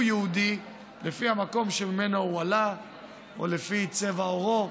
יהודי לפי המקום שממנו הוא עלה או לפי צבע עורו.